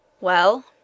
Well